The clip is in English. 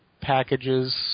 packages